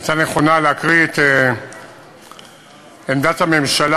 שהייתה נכונה להקריא את עמדת הממשלה